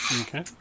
Okay